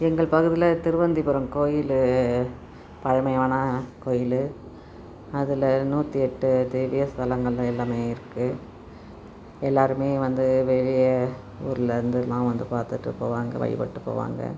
எங்கள் பகுதியில் திருவனந்திபுரம் கோயில் பழமையான கோயில் அதில் நூற்றி எட்டு திவ்ய ஸ்தலங்கள் எல்லாமே இருக்குது எல்லாருமே வந்து வெளியே ஊரிலருந்துலாம் வந்து பார்த்துட்டுப் போவாங்கள் வழிபட்டு போவாங்கள்